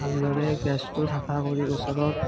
ভালদৰে গেছটো চাফা কৰি ওচৰত